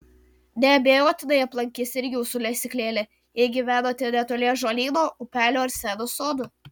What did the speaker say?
neabejotinai aplankys ir jūsų lesyklėlę jei gyvenate netoli ąžuolyno upelio ar seno sodo